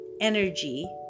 energy